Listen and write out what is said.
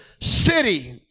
city